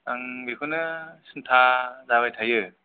आं बेखौनो सिन्था जाबाय थायो